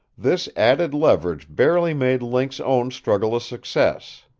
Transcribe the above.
this added leverage barely made link's own struggle a success.